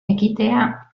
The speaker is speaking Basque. ekitea